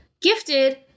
gifted